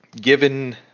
given